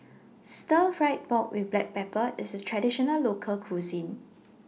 Stir Fry Pork with Black Pepper IS A Traditional Local Cuisine